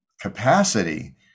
capacity